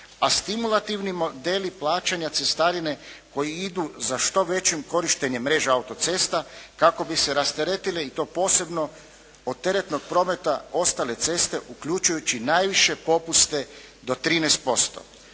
A stimulativni modeli plaćanja cestarine koji idu za što većim korištenjem mreža autocesta kako bi se rasteretile i to posebno od teretnog prometa ostale ceste uključujući najviše popuste do 13%